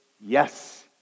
yes